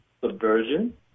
subversion